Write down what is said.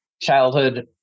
childhood